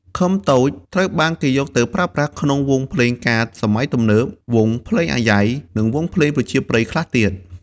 ឃឹមតូចត្រូវបានគេយកទៅប្រើប្រាស់ក្នុងវង់ភ្លេងការសម័យទំនើប, វង់ភ្លេងអាយ៉ៃ និងវង់ភ្លេងប្រជាប្រិយខ្លះទៀត។